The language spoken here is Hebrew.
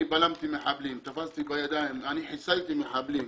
אני בלמתי מחבלים, תפסתי בידיים, חיסלתי מחבלים.